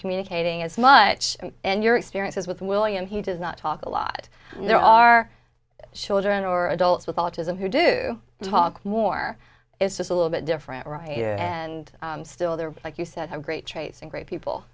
communicating as much and your experiences with william he does not talk a lot there are children or adults with autism who do talk more it's just a little bit different right here and still there like you said great traits and great people